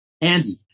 Andy